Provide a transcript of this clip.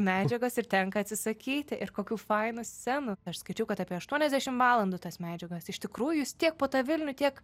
medžiagos ir tenka atsisakyti ir kokių fainų scenų aš skaičiau kad apie aštuoniasdešim valandų tas medžiagas iš tikrųjų jūs tiek po tą vilnių tiek